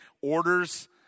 orders